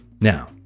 Now